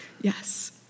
Yes